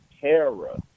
terror